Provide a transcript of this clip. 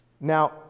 Now